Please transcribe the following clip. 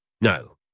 No